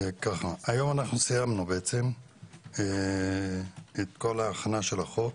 היום אנחנו סיימנו את כל ההכנה של החוק,